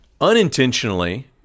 unintentionally